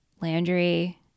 Landry